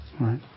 Right